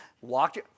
walked